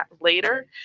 later